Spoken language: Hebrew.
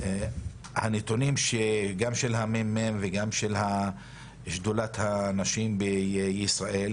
הנתונים, גם של הממ"מ וגם של שדולת הנשים בישראל,